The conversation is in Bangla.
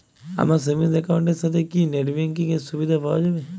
আমার সেভিংস একাউন্ট এর সাথে কি নেটব্যাঙ্কিং এর সুবিধা পাওয়া যাবে?